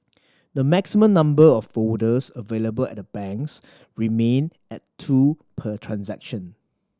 the maximum number of folders available at the banks remain at two per transaction